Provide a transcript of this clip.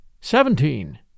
Seventeen